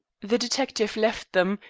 the detective left them,